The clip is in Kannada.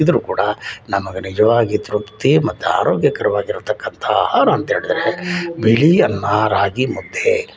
ಸಿಕ್ಕಿದ್ರೂ ಕೂಡ ನಾನು ನಿಜವಾಗಿ ತೃಪ್ತಿ ಮತ್ತು ಆರೋಗ್ಯಕರವಾಗಿರತಕ್ಕಂಥ ಅಂಥೇಳಿದ್ರೆ ಬಿಳಿ ಅನ್ನ ರಾಗಿ ಮುದ್ದೆ